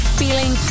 feeling